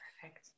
Perfect